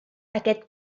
aquest